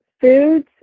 foods